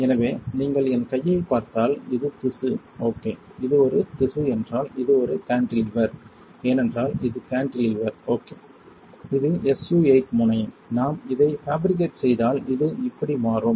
எனவே நீங்கள் என் கையைப் பார்த்தால் இது திசு ஓகே இது ஒரு திசு என்றால் இது ஒரு கான்டிலீவர் ஏனென்றால் இது கான்டிலீவர் ஓகே இது SU 8 முனை நாம் இதை ஃபேபிரிகேட் செய்தால் இது இப்படி மாறும்